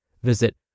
Visit